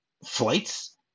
flights